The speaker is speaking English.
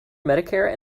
medicare